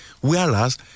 Whereas